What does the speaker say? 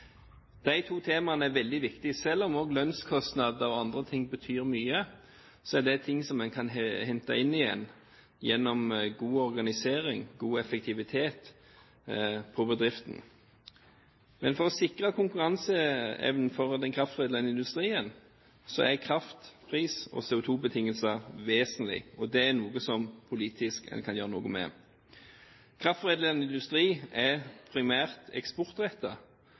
De to temaene er veldig viktige. Selv om også lønnskostnader og andre ting betyr mye, så er det ting vi kan hente inn igjen gjennom god organisering – god effektivitet på bedriften. Men for å sikre konkurranseevnen for den kraftforedlende industrien, så er kraft, pris og CO2-betingelser vesentlig. Det er noe en politisk kan gjøre noe med. Kraftforedlende industri er primært